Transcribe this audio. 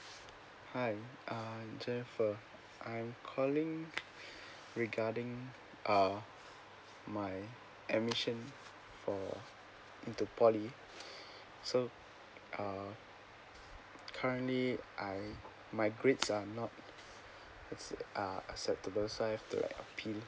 hi uh jenifer I'm calling regarding uh my admission for into poly so uh currently I my grades are not uh acceptable so I have to appeal